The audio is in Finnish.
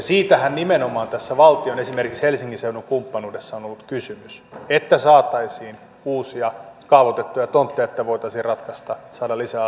siitähän nimenomaan esimerkiksi tässä valtion ja helsingin seudun kumppanuudessa on ollut kysymys että saataisiin uusia kaavoitettuja tontteja että voitaisiin ratkaista se saada lisää asuntoja